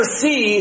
see